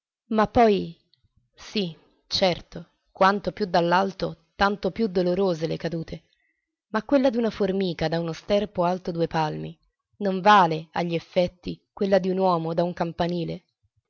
ma poi sì certo quanto più dall'alto tanto più dolorose le cadute ma quella d'una formica da uno sterpo alto due palmi non vale agli effetti quella d'un uomo da un campanile